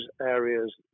areas